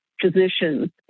physicians